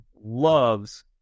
loves